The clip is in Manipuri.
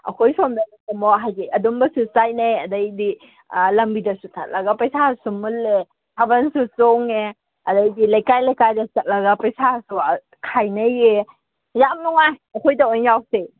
ꯑꯩꯈꯣꯏ ꯁꯣꯝꯗꯅ ꯑꯃꯨꯛ ꯍꯥꯏꯗꯤ ꯑꯗꯨꯝꯕꯁꯦ ꯆꯥꯏꯅꯩ ꯑꯗꯩꯗꯤ ꯂꯝꯕꯤꯗꯁꯨ ꯊꯠꯂꯒ ꯄꯩꯁꯥꯁꯨ ꯃꯨꯜꯂꯦ ꯊꯥꯕꯜꯁꯨ ꯆꯣꯡꯉꯦ ꯑꯗꯩꯗꯤ ꯂꯩꯀꯥꯏ ꯂꯩꯀꯥꯏꯗ ꯆꯠꯂꯒ ꯄꯩꯁꯥꯁꯨ ꯈꯥꯏꯅꯩꯌꯦ ꯌꯥꯝ ꯅꯨꯡꯉꯥꯏ ꯑꯩꯈꯣꯏꯗ ꯑꯣꯏ ꯌꯥꯎꯁꯦ